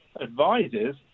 advises